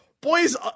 Boys